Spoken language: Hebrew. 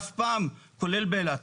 אף פעם כולל באילת,